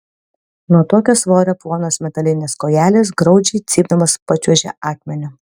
nuo tokio svorio plonos metalinės kojelės graudžiai cypdamos pačiuožė akmeniu